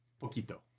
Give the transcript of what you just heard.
poquito